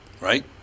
right